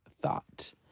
thought